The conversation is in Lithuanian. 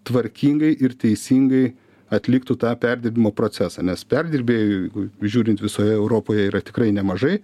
tvarkingai ir teisingai atliktų tą perdirbimo procesą nes perdirbėjų žiūrint visoje europoje yra tikrai nemažai